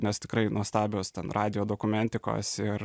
nes tikrai nuostabios ten radijo dokumentikos ir